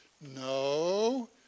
No